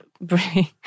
bring